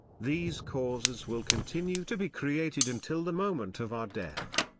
these causes will continue to be created until the moment of our death.